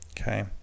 Okay